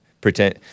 Pretend